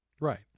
Right